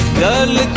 girl